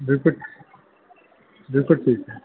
बिल्कुलु बिल्कुलु ठीकु